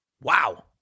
Wow